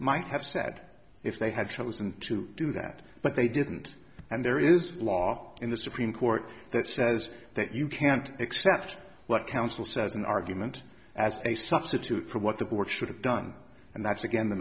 might have said if they had chosen to do that but they didn't and there is a law in the supreme court that says that you can't except what counsel says an argument as a substitute for what the board should have done and that's again the